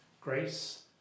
Grace